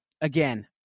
again